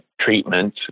treatment